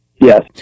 Yes